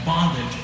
bondage